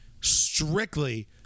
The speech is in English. strictly